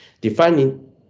Defining